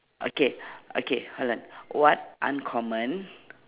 okay okay hold on what uncommon